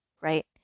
right